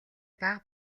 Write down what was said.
бага